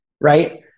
Right